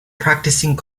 practicing